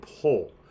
pull